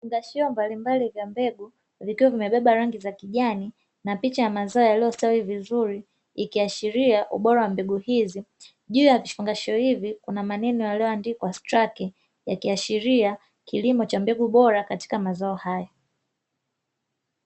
Vifungashio mbalimbali vya mbegu vikiwa vimebeba rangi za kijani na picha ya mazao yaliyostawi vizuri, ikiashiria ubora wa mbegu hizi. Juu ya vifungashio hivi kuna maneno yaliyoandikwa "STARKE", yakiashiria kilimo cha mbegu bora katika mazao haya.